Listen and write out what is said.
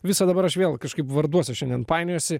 visa dabar aš vėl kažkaip varduose šiandien painiojosi